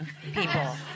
people